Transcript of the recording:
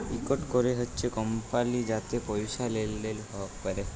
ইকট ক্যরে হছে কমপালি যাতে পয়সা লেলদেল ক্যরে